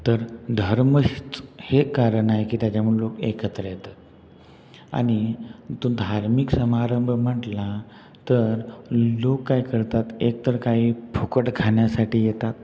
तर धर्मच हे कारण आहे की त्याच्यामुळं लोक एकत्र येतात आणि तो धार्मिक समारंभ म्हंटला तर लोक काय करतात एकतर काही फुकट खाण्यासाठी येतात